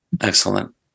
Excellent